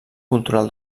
cultural